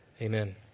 Amen